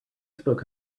spoke